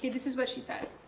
this is what she says.